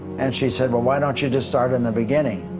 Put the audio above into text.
and she said well why don't you just start in the beginning?